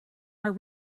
our